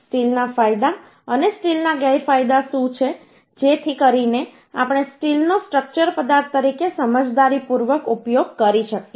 સ્ટીલના ફાયદા અને સ્ટીલના ગેરફાયદા શું છે જેથી કરીને આપણે સ્ટીલનો સ્ટ્રક્ચર પદાર્થ તરીકે સમજદારીપૂર્વક ઉપયોગ કરી શકીએ